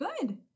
good